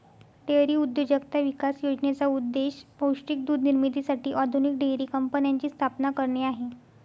dairy उद्योजकता विकास योजनेचा उद्देश पौष्टिक दूध निर्मितीसाठी आधुनिक डेअरी कंपन्यांची स्थापना करणे आहे